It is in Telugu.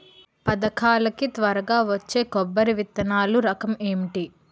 పథకాల కి త్వరగా వచ్చే కొబ్బరి విత్తనాలు రకం ఏంటి?